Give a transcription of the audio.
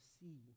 see